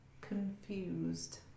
confused